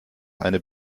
eine